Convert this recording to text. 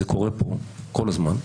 וזה קורה פה כל הזמן,